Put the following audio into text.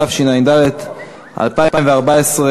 התשע"ד 2014,